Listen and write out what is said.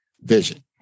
vision